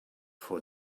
for